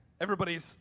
everybody's